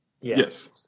Yes